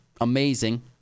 amazing